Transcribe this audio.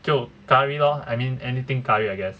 就 curry lor I mean anything curry I guess